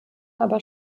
aber